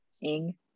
ing